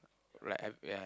like have uh